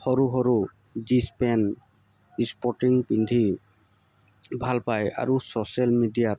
সৰু সৰু jeans pant sporting পিন্ধি ভাল পায় আৰু ছ'চিয়েল মিডিয়াত